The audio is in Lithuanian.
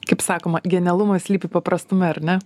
kaip sakoma genialumas slypi paprastume ar ne